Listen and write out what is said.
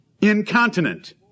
incontinent